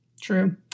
True